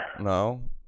No